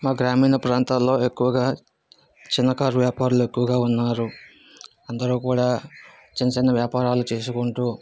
మా గ్రామీణ ప్రాంతాల్లో ఎక్కువగా చిన్నకారు వ్యాపారులు ఎక్కువగా ఉన్నారు అందరూ కూడా చిన్న చిన్న వ్యాపారాలు చేసుకుంటూ